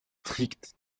stricts